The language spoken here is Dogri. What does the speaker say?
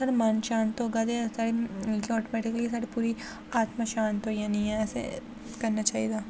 साढ़ा मन शांत होगा ते अस साढ़ी ऑटोमेटिकली साढ़ी पूरी आत्मा शांत होई जानी ऐ ते करना चाहि्दा